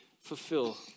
fulfill